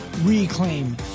reclaim